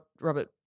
Robert